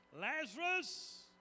Lazarus